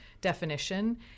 definition